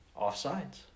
Offsides